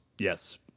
Yes